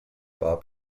bob